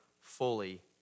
fully